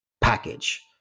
package